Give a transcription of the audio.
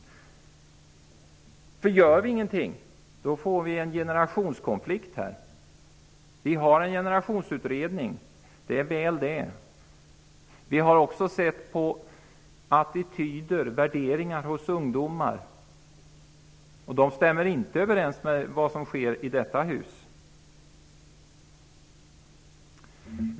Gör vi ingenting får vi en generationskonflikt. Vi har en generationsutredning. Det är väl det. Vi har också tittat närmare på attityder och värderingar hos ungdomar. De stämmer inte överens med vad som sker i detta hus.